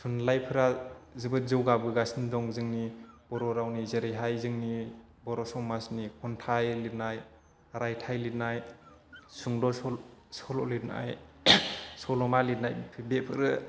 थुनलाइफ्रा जोबोद जौगाबोगासिनो दं जोंनि बर' रावनि जेरैहाय जोंनि बर' समाजनि खन्थाइ लिरनाय रायथाइ लिरनाय सुंद' सल' सल' लिरनाय सल'मा लिरनाय बेफोरो